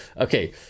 okay